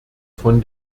von